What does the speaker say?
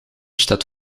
staat